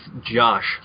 Josh